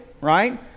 right